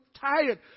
tired